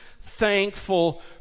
thankful